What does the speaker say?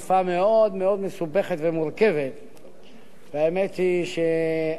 האמת היא שעל העבודה היסודית שלך שמענו